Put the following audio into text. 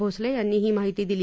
भोसले यांनी ही माहिती दिली